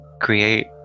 create